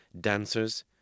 dancers